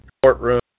courtroom